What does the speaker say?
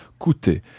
coûter